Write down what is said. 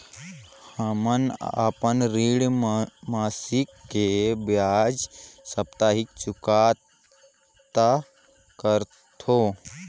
हमन अपन ऋण मासिक के बजाय साप्ताहिक चुकता करथों